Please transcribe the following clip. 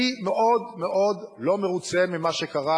אני מאוד מאוד לא מרוצה ממה שקרה